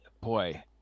Boy